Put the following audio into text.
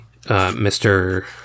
Mr